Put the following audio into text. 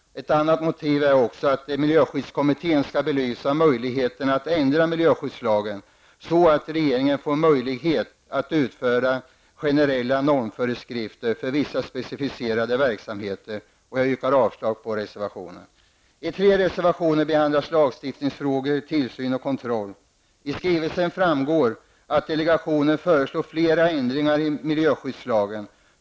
Ett annat motiv är att miljöskyddskommittén skall belysa möjligheten att ändra miljöskyddslagen så, att regeringen får möjlighet att utfärda generella normföreskrifter för vissa specificerade verksamheter. Jag yrkar avslag på reservationen. I tre reservationer behandlas frågor om lagstiftning, tillsyn och kontroll. Av den aktuella skrivelsen framgår att delegationen föreslår flera ändringar i miljöskyddslagen.